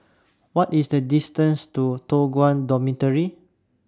What IS The distance to Toh Guan Dormitory